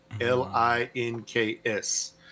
L-I-N-K-S